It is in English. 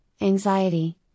anxiety